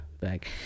back